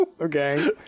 Okay